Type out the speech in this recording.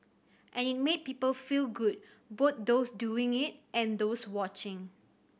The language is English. and it made people feel good both those doing it and those watching